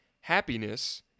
Happiness